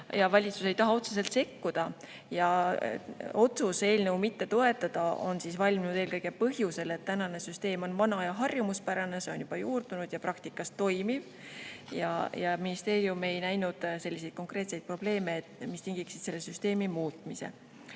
ja valitsus ei taha otseselt sekkuda. Otsus eelnõu mitte toetada valmis eelkõige põhjusel, et tänane süsteem on vana ja harjumuspärane ning see on juba juurdunud ja praktikas toimiv. Ministeerium ei näinud konkreetseid probleeme, mis tingiksid süsteemi muutmise.